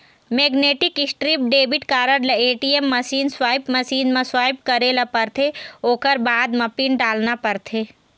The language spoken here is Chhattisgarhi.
मेगनेटिक स्ट्रीप डेबिट कारड ल ए.टी.एम मसीन, स्वाइप मशीन म स्वाइप करे ल परथे ओखर बाद म पिन डालना परथे